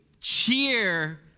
cheer